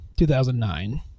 2009